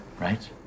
right